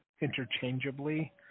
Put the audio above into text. interchangeably